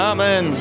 Amen